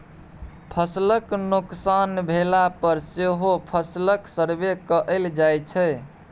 फसलक नोकसान भेला पर सेहो फसलक सर्वे कएल जाइ छै